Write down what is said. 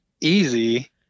easy